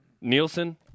Nielsen